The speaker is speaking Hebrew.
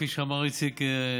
כפי שאמר איציק,